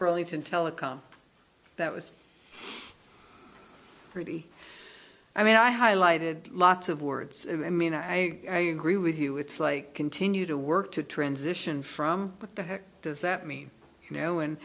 in telecom that was pretty i mean i highlighted lots of words and i mean i agree with you it's like continue to work to transition from what the heck does that mean you know and